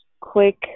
quick